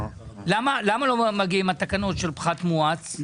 למה לא מגיעות התקנות של פחת מואץ?